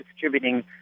distributing